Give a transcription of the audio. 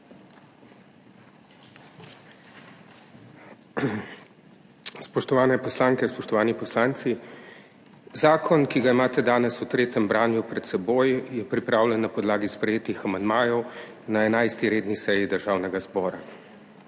Spoštovane poslanke, spoštovani poslanci! Zakon, ki ga imate danes v tretjem branju pred seboj, je pripravljen na podlagi sprejetih amandmajev na 11. redni seji Državnega zbora.